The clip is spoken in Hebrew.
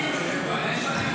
להצבעה.